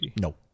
No